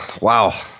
Wow